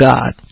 God